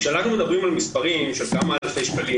וכשאנחנו מדברים על מספרים של כמה אלפי שקלים